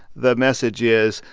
the message is,